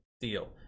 deal